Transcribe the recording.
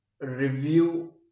Review